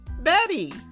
Betty